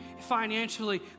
financially